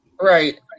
right